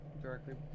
Directly